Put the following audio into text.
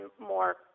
more